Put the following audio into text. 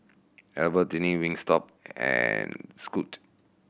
Albertini Wingstop and Scoot